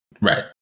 Right